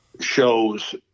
Shows